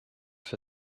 for